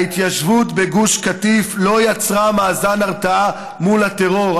ההתיישבות בגוש קטיף לא יצרה מאזן הרתעה מול הטרור,